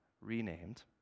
renamed